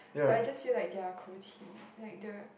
but I just feel like their 口气 is like the